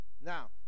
Now